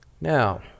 Now